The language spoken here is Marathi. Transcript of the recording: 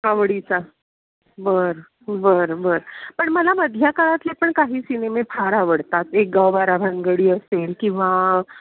आवडीचा बरं बरं बरं पण मला मधल्या काळातले पण काही सिनेमे फार आवडतात एक गाव बारा भानगडी असेल किंवा